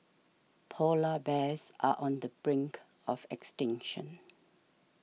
Polar Bears are on the brink of extinction